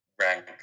rank